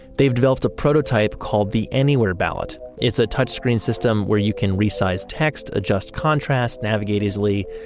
they've developed a prototype called the anywhere ballot it's a touchscreen system where you can resize text, adjust contrast, navigate easily,